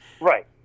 Right